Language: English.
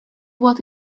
what